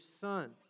son